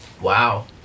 Wow